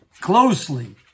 closely